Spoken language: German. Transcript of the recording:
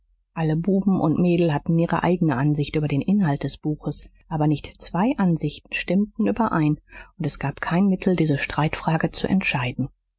alle buben und mädel hatten ihre eigene ansicht über den inhalt des buches aber nicht zwei ansichten stimmten überein und es gab kein mittel diese streitfrage zu entscheiden